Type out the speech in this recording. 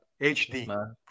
HD